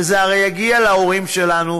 וזה הרי יגיע להורים שלנו,